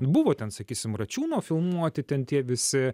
buvo ten sakysim račiūno filmuoti ten tie visi